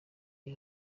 iyi